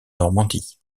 normandie